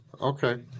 Okay